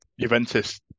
Juventus